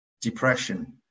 depression